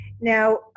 now